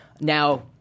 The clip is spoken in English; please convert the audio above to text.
Now